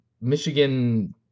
Michigan